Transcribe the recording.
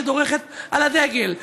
שדורכת על הדגל,